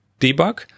debug